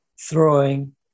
throwing